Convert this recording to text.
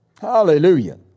Hallelujah